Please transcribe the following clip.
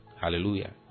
Hallelujah